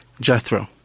Jethro